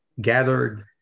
gathered